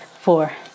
four